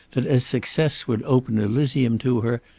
that as success would open elysium to her,